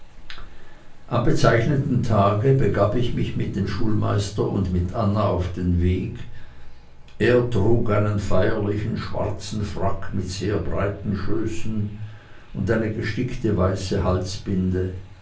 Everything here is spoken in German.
am bezeichneten tage begab ich mich mit dem schulmeister und mit anna auf den weg er trug einen feierlichen schwarzen frack mit sehr breiten schößen und eine gestickte weiße halsbinde